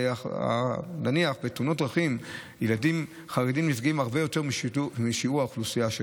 נניח בתאונות דרכים ילדים חרדים נפגעים הרבה יותר משיעורם באוכלוסייה.